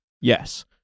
Yes